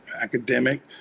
academic